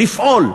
לפעול.